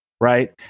right